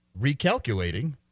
recalculating